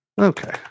Okay